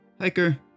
hiker